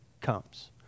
comes